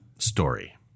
story